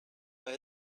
pas